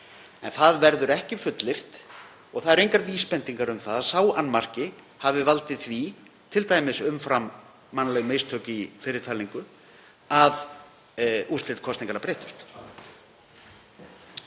en það verður ekki fullyrt og það eru engar vísbendingar um að sá annmarki hafi valdið því, t.d. umfram mannleg mistök í fyrri talningu, að úrslit kosninganna breyttust.